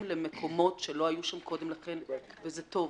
למקומות שלא היו שם קודם לכן וזה טוב,